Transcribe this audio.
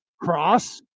Cross